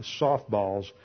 softballs